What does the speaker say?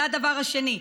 זה הדבר השני.